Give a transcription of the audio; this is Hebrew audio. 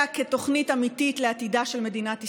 אלא כתוכנית אמיתית לעתידה של מדינת ישראל.